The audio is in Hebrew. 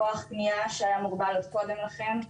כוח קנייה שהיה מוגבל עוד קודם לכן,